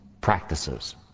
practices